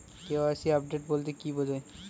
KYC update বলতে কি বোঝায়?